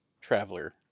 Traveler